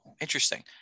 Interesting